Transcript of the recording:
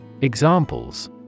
Examples